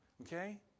Okay